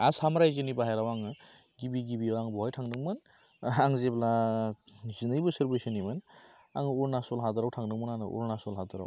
आसाम राज्योनि बाहेरायाव आङो गिबि गिबियाव आं बहाय थांदोंमोन आं जेब्ला जिनै बोसोर बैसोनिमोन आं अरुणाचल हादराव थांदोंमोन आङो अरुणाचल हादराव